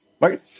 Right